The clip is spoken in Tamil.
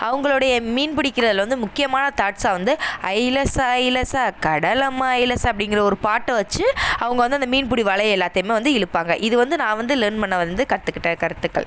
அவுங்களுடைய மீன் பிடிக்கிறதுல வந்து முக்கியமான தாட்ஸாக வந்து அப்படிங்கிற ஒரு பாட்டை வச்சு அவங்க வந்து அந்த மீன் பிடி வலையை எல்லாத்தையும் வந்து இழுப்பாங்க இது வந்து நான் வந்து லேர்ன் பண்ண வந்து கற்றுக்கிட்ட கருத்துக்கள்